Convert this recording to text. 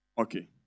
Okay